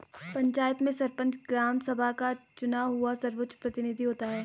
पंचायत में सरपंच, ग्राम सभा का चुना हुआ सर्वोच्च प्रतिनिधि होता है